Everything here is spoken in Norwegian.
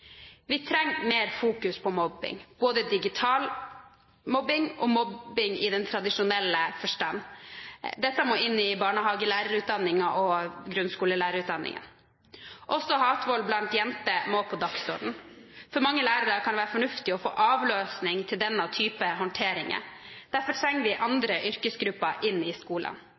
Vi trenger mer fokus på mobbing, både digital mobbing og mobbing i tradisjonell forstand. Dette må inn i barnehagelærerutdanningen og grunnskolelærerutdanningen. Også hatvold blant jenter må på dagsordenen. For mange lærere kan det være fornuftig å få avløsning til denne type håndteringer. Derfor trenger vi andre yrkesgrupper i skolen